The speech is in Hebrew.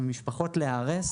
וממשפחות להיהרס